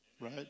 right